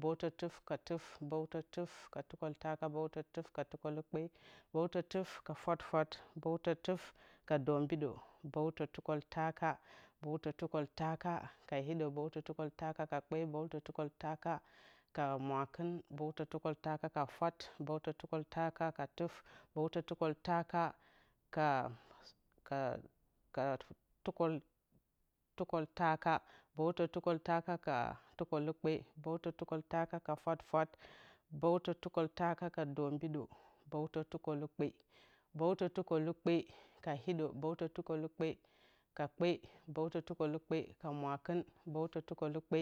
Bǝwtǝ tuf ka tuf bǝwtǝ tuf ka tukǝltaka bǝwtǝ tuf ka tukǝlukpe bǝwtǝ tuf ka fwafwat bǝwtǝ tuf ka dombidǝ bǝwtǝ tukǝltaka bǝwtǝ tukǝltaka ka hiɗǝ bǝwtǝ tukǝltaka ka kpe bǝwtǝ tukǝltaka ka mwakɨn bǝwtǝ tukǝltaka ka fwat bǝwtǝ tukǝltaka ka tuf bǝwtǝ tukǝltaka ka tukǝltaka bǝwtǝ tukǝltaka ka tukǝlukpe bǝwtǝ tukǝltaka ka fwafwat bǝwtǝ tukǝltaka ka dombidǝ bǝwtǝ tukǝlukpe bǝwtǝ tukǝlukpe ka hiɗǝ bǝwtǝ tukǝlukpe ka kpe bǝwtǝ tukǝlukpe ka mwakɨn bǝwtǝ tukǝlukpe